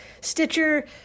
Stitcher